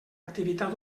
activitat